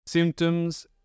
Symptoms